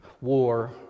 war